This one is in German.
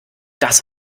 das